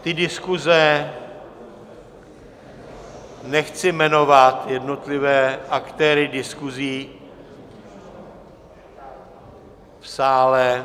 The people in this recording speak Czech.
Ty diskuze nechci jmenovat jednotlivé aktéry diskuzí v sále.